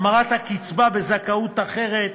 המרת הקצבה בזכאות אחרת